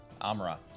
Amra